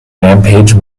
rampage